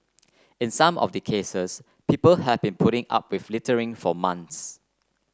in some of the cases people have been putting up with littering for months